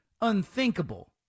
unthinkable